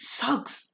sucks